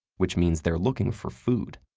which means they're looking for food.